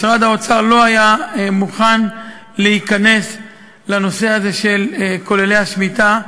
משרד האוצר לא היה מוכן להיכנס לנושא הזה של כוללי השמיטה,